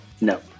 No